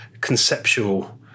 conceptual